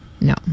No